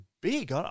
big